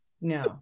No